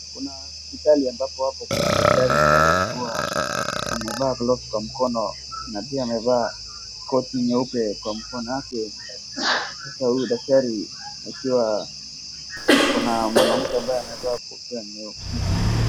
Kuna hospitali ambapo hapo kuna daktari ambaye huwa, amevaa glovsi kwa mkono na pia amevaa koti nyeupe kwa mkono yake. Sasa huyu daktari akiwa kuna mwanamke ambaye amevaa kofia nyekundu.